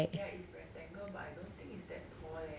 ya is rectangle but I don't think is that tall leh